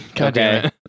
Okay